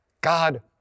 God